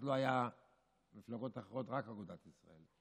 אז לא היו מפלגות אחרות, רק אגודת ישראל,